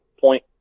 Point